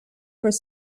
being